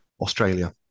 Australia